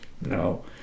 no